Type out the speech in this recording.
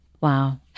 Wow